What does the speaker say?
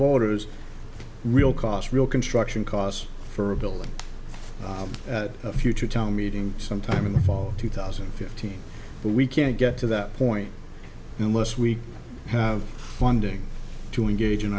voters real cost real construction costs for a building at a future town meeting sometime in the fall two thousand and fifteen but we can't get to that point unless we have funding to engage